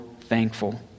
thankful